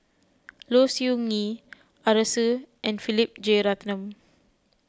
Low Siew Nghee Arasu and Philip Jeyaretnam